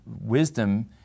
wisdom